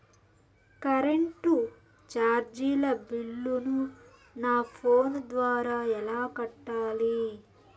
Current చార్జీల బిల్లును, నా ఫోను ద్వారా ఎలా కట్టాలి?